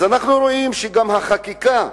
אנחנו רואים שגם החקיקה,